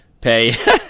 pay